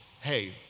hey